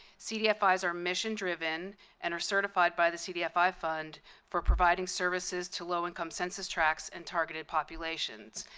cdfis are mission-driven and are certified by the cdfi fund for providing services to low-income census tracks and targeted populations.